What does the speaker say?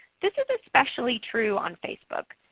this is especially true on facebook.